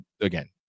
again